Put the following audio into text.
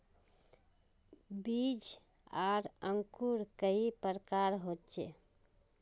बीज आर अंकूर कई प्रकार होचे?